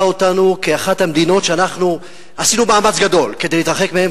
אותנו כאחת המדינות שעשינו מאמץ גדול כדי להתרחק מהן.